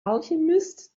alchemist